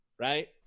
Right